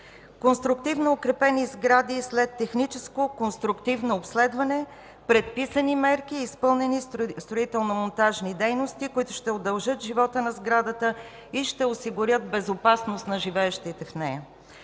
Конструктивно укрепени сгради след технически конструктивно обследване, предписани мерки и изпълнени строително-монтажни дейности, които ще удължат живота на сградата и ще осигурят безопасност на живеещите в нея.